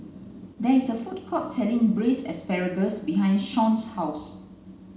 there is a food court selling braised asparagus behind Shon's house